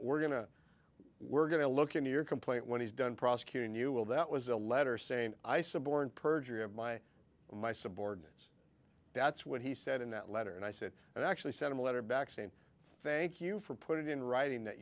we're going to we're going to look into your complaint when he's done prosecuting you will that was a letter saying i suborned perjury of my my subordinates that's what he said in that letter and i said that actually sent him a letter back saying thank you for put it in writing that